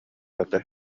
этэ